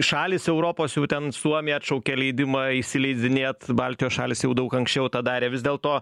šalys europos jau ten suomija atšaukė leidimą įsileidinėt baltijos šalys jau daug anksčiau tą darė vis dėlto